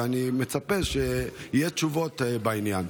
ואני מצפה שיהיו תשובות בעניין.